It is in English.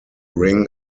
ring